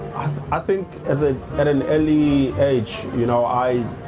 i think as a, at an early age you know i